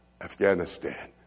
Afghanistan